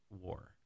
war